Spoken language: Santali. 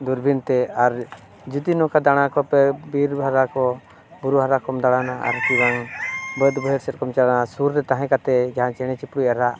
ᱫᱩᱨᱵᱤᱱᱛᱮ ᱟᱨ ᱡᱩᱫᱤ ᱱᱚᱝᱠᱟ ᱫᱟᱬᱟ ᱠᱚᱛᱮ ᱵᱤᱨ ᱫᱷᱟᱨᱮ ᱠᱚ ᱵᱩᱨᱩ ᱦᱟᱨᱟ ᱠᱚᱢ ᱫᱟᱬᱟᱱᱟ ᱟᱨ ᱠᱤ ᱵᱟᱝ ᱵᱟᱹᱫᱽ ᱵᱟᱹᱭᱦᱟᱹᱲ ᱥᱮᱫ ᱠᱚᱢ ᱪᱟᱞᱟᱜᱼᱟ ᱥᱩᱨ ᱨᱮ ᱛᱟᱦᱮᱸ ᱠᱟᱛᱮᱫ ᱡᱟᱦᱟᱸ ᱪᱮᱬᱮ ᱪᱤᱯᱨᱩᱫ ᱟᱜ ᱨᱟᱜ